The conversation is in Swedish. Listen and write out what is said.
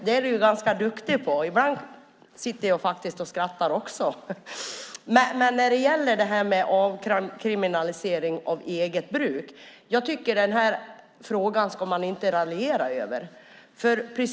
Det är han ganska duktig på, och ibland skrattar även jag. Men frågan om avkriminalisering av eget bruk ska man inte raljera över.